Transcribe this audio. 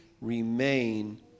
remain